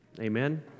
Amen